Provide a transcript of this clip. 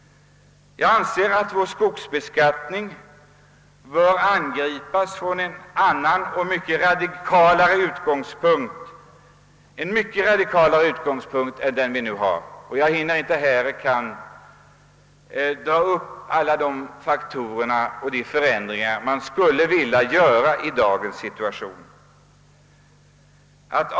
Jag anser att beskattningen av vår skog bör ske på ett mycket radikalare sätt än nu. Jag hinner inte här dra upp alla de förändringar man skulle vilja göra i dagens situation.